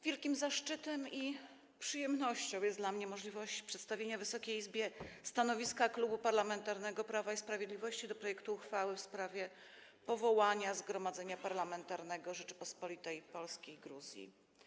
Wielkim zaszczytem i przyjemnością jest dla mnie możliwość przedstawienia Wysokiej Izbie stanowiska Klubu Parlamentarnego Prawo i Sprawiedliwość co do projektu uchwały w sprawie powołania Zgromadzenia Parlamentarnego Rzeczypospolitej Polskiej i Gruzji.